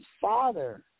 father